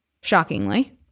shockingly